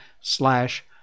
slash